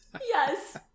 Yes